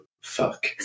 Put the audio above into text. fuck